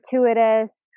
gratuitous